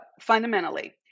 fundamentally